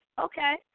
Okay